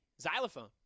Xylophone